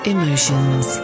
Emotions